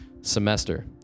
semester